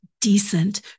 decent